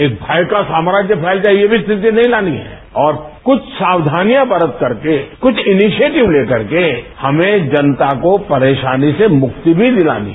एक भय का साम्राज्य फैल जाए ये भी स्थिति नहीं लानी है और कुछ सावधानियां बरत करके कुछ इनिशिएटिव ले करके हमें जनता को परेशानी से मुक्ति भी दिलानी है